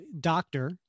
doctor